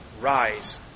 rise